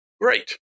Great